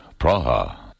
Praha